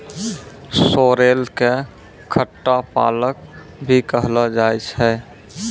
sorrel कॅ खट्टा पालक भी कहलो जाय छै